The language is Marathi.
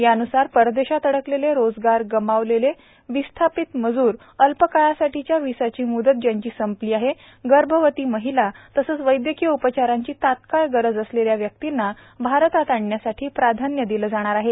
यान्सार परदेशात अडकलेले रोजगार गमावलेले विस्थापित मजूर अल्प काळासाठीच्या विसा ची म्दत ज्यांची संपली आहे गर्भवती महिला तसेच वैद्यकीय उपचारांची तात्काळ गरज असलेल्या व्यक्तींना भारतात आणण्यासाठी प्राधान्य दिले जाईल